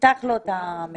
תפתח לו את המיקרופון.